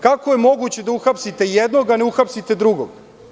Kako je moguće da uhapsite jednog a ne uhapsite drugog?